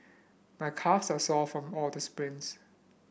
my calves are sore from all the sprints